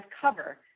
cover